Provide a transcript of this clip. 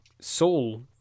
soul